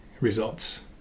results